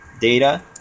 data